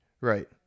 Right